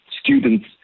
students